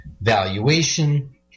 valuation